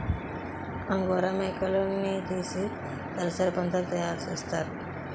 angora మేకలున్నితీసి దలసరి బొంతలు తయారసేస్తారు